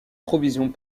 provisions